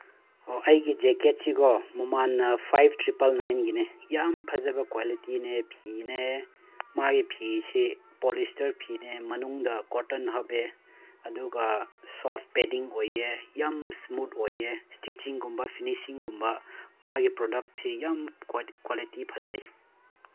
ꯑꯣ ꯑꯩꯒꯤ ꯖꯦꯛꯀꯦꯠꯁꯦꯀꯣ ꯃꯃꯟꯅ ꯐꯥꯏꯚ ꯇ꯭ꯔꯤꯄꯜ ꯅꯥꯏꯟꯒꯤꯅꯦ ꯌꯥꯝ ꯐꯖꯕ ꯀ꯭ꯋꯥꯂꯤꯇꯤꯅꯦ ꯐꯤꯅꯦ ꯃꯥꯒꯤ ꯐꯤꯁꯦ ꯄꯣꯂꯤꯁꯇꯔ ꯐꯤꯅꯦ ꯃꯅꯨꯡꯗ ꯀꯣꯇꯟ ꯍꯥꯞꯄꯦ ꯑꯗꯨꯒ ꯁꯣꯐ ꯄꯦꯗꯤꯡ ꯑꯣꯏꯌꯦ ꯌꯥꯝ ꯏꯁꯃꯨꯠ ꯑꯣꯏꯌꯦ ꯏꯁꯇꯤꯆꯤꯡꯒꯨꯝꯕ ꯐꯤꯅꯤꯁꯤꯡꯒꯨꯝꯕ ꯃꯥꯒꯤ ꯄ꯭ꯔꯗꯛꯁꯤ ꯌꯥꯝ ꯀ꯭ꯋꯥꯂꯤꯇꯤ ꯐꯖꯩ